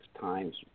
times